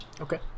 okay